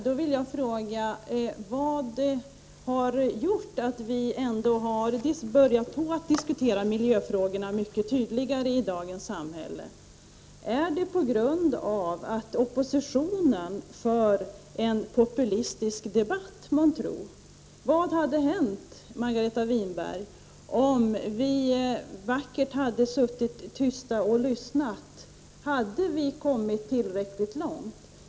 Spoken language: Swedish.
Då vill jag fråga: Vad är det som gjort att man ändå i dagens samhälle har börjat diskutera miljöfrågorna mycket tydligare? Är det på grund av att oppositionen för en populistisk debatt, månntro? Vad hade hänt, Margareta Winberg, om vi vackert hade suttit tysta och lyssnat?